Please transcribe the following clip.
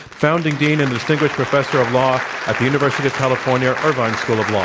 founding dean and distinguished professor of law at the university of california irvine school of law.